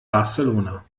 barcelona